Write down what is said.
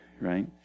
right